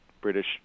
British